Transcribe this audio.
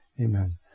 Amen